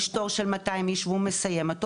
יש תור של כ-200 ואם הוא מסיים אותו,